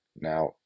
Now